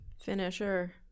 Finisher